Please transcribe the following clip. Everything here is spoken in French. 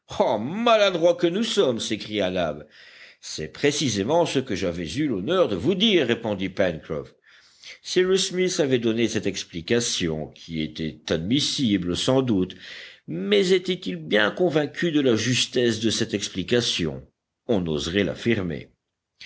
maladroits que nous sommes s'écria nab c'est précisément ce que j'avais eu l'honneur de vous dire répondit pencroff cyrus smith avait donné cette explication qui était admissible sans doute mais était-il bien convaincu de la justesse de cette explication on n'oserait l'affirmer